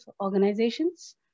organizations